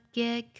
get